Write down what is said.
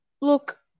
look